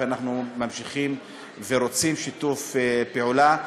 ואנחנו ממשיכים ורוצים שיתוף פעולה.